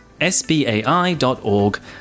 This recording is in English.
sbai.org